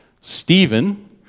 Stephen